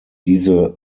diese